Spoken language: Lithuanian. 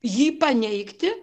jį paneigti